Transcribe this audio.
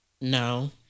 no